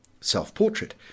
Self-portrait